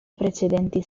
precedenti